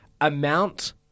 amount